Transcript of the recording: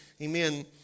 amen